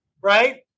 right